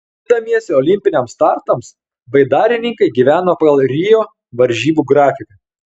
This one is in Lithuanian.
rengdamiesi olimpiniams startams baidarininkai gyveno pagal rio varžybų grafiką